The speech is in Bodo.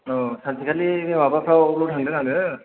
औ सानसेखालि माबाफ्रावल' थांदों आङो